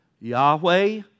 Yahweh